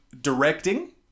Directing